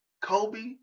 Kobe